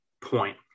point